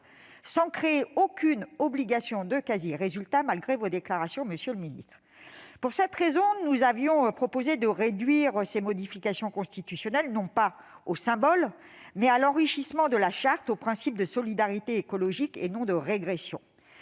sans créer aucune obligation de quasi-résultats, malgré vos déclarations, monsieur le garde des sceaux. Pour cette raison, nous vous avions proposé de réduire ces modifications constitutionnelles, non pas aux symboles, mais à l'enrichissement de la Charte, selon les principes de solidarité écologique et de non-régression.